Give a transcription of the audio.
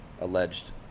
alleged